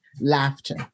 laughter